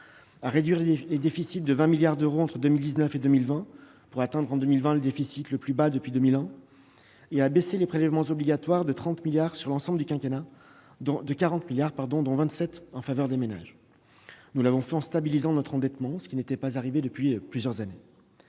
à réduire les déficits de 20 milliards d'euros entre 2019 et 2020, pour atteindre en 2020 le déficit le plus bas depuis 2001, et à baisser les prélèvements obligatoires de 40 milliards d'euros sur l'ensemble du quinquennat, dont 27 milliards d'euros en faveur des ménages, tout en stabilisant notre endettement, ce qui n'était pas arrivé depuis plusieurs années.